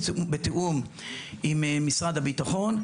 בתיאום עם משרד הביטחון,